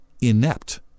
inept